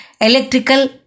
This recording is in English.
electrical